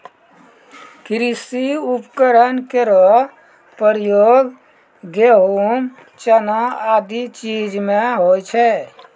कृषि उपकरण केरो प्रयोग गेंहू, चना आदि चीज म होय छै